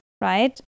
right